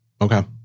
Okay